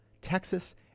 Texas